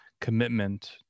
commitment